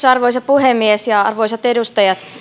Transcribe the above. arvoisa puhemies ja arvoisat edustajat